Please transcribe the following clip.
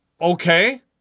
okay